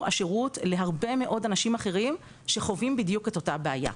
השירות להרבה מאוד אנשים אחרים שחווים בדיוק את אותה הבעיה.